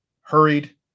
hurried